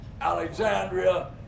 Alexandria